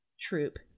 troop